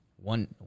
one